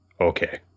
Okay